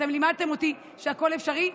אתם לימדתם אותי שהכול אפשרי.